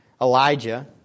Elijah